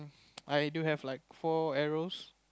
I do have like four arrows